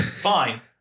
Fine